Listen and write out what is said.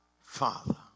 father